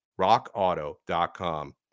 rockauto.com